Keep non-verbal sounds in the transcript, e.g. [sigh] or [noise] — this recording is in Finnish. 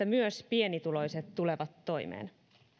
[unintelligible] myös pienituloiset tulevat toimeen